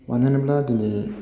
मानो होनोब्ला दिनै